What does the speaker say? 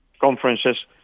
conferences